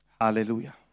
Hallelujah